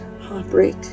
heartbreak